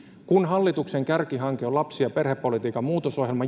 hallituksen kärkihanke on lapsi ja perhepolitiikan muutosohjelma